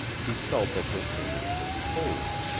he felt that her fingers were cold.